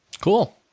Cool